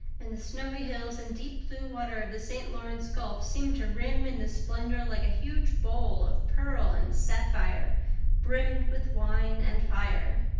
and the snowy hills and deep-blue water of the st. lawrence gulf seemed to rim in the splendor like a huge bowl of pearl and sapphire brimmed with wine and fire.